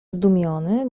zdumiony